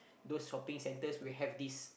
those shopping centres will have this